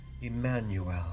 Emmanuel